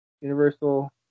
Universal